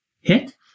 hit